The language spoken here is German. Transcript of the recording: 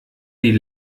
die